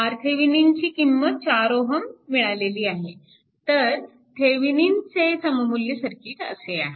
RTheveninची किंमत 4Ω मिळालेली आहे तर थेविनिनचे सममुल्य सर्किट असे आहे